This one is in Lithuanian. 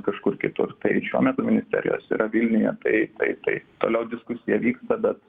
kažkur kitur tai šiuo metu ministerijos yra vilniuje tai tai tai toliau diskusija vyksta bet